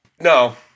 No